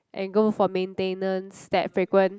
and go for maintenance that frequent